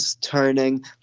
turning